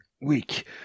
Weak